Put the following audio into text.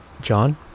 john